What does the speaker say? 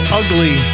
ugly